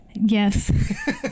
Yes